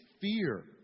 fear